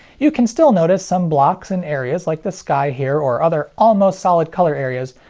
you can still notice some blocks in areas like the sky here or other almost-solid-color areas,